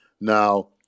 Now